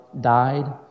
died